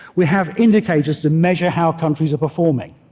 we have indicators to measure how countries are performing.